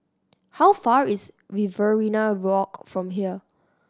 how far is Riverina Walk from here